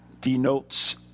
denotes